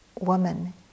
woman